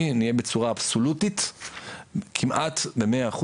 נהיה בצורה אבסולוטית כמעט ב-100%.